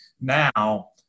now